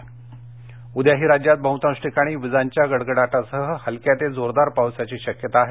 हवामान उद्याही राज्यात बहुतांश ठिकाणी विजांच्या गडगडाटासह हलक्या ते जोरदार पावसाची शक्यता आहे